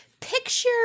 Picture